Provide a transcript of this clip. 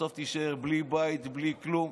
בסוף תישאר בלי בית, בלי כלום.